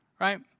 right